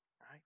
Right